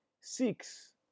Six